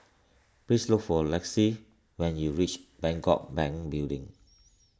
please look for Lexie when you reach Bangkok Bank Building